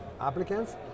applicants